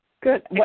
good